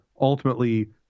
ultimately